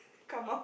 come out